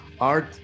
art